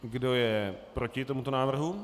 Kdo je proti tomuto návrhu?